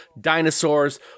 dinosaurs